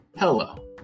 Hello